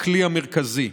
הכלי המרכזי.